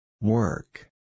Work